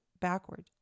backward